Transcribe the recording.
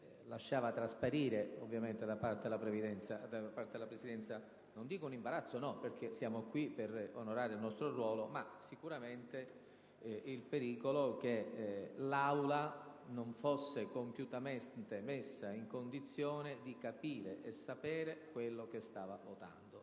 lasciava trasparire, ovviamente, da parte della Presidenza, non un imbarazzo, perché noi siamo qui per onorare il nostro ruolo, ma sicuramente il pericolo che l'Aula non fosse compiutamente messa in condizione di capire e sapere quello che stava votando.